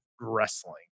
wrestling